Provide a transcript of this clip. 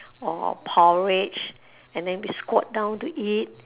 or porridge and then we squat down to eat